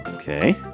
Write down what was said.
Okay